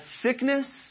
sickness